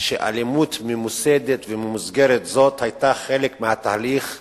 שאלימות ממוסדת וממוסגרת זאת היתה חלק מהתהליך החינוכי.